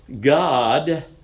God